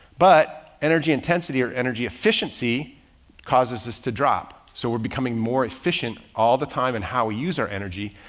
but energy intensity or energy efficiency causes us to drop. so we're becoming more efficient all the time and how we use our energy.